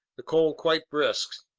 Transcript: the cold quite brisk,